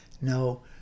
No